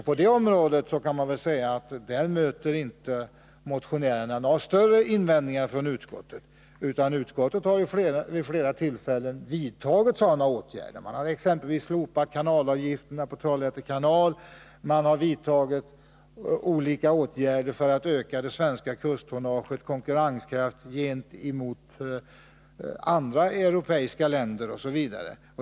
På det området möter inte motionärerna några större invändningar från utskottet, utan utskottet har vid flera tillfällen föreslagit sådana åtgärder. Exempelvis har kanalavgifterna på Trollhätte kanal slopats, olika åtgärder har vidtagits för att öka det svenska kusttonnagets konkurrenskraft gentemot andra europeiska länder osv.